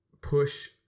push